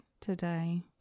today